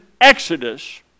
Exodus